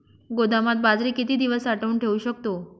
गोदामात बाजरी किती दिवस साठवून ठेवू शकतो?